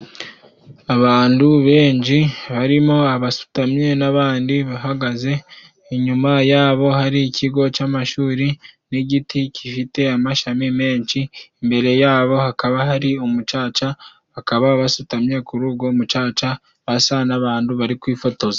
Abandu benshi barimo abasutamye n'abandi bahagaze. Inyuma yabo hari ikigo cy'amashuri n'igiti gifite amashami menshi, imbere yabo hakaba hari umucaca. Bakaba basutamye kuri ugo mucaca basa n'abandu bari kwifotoza.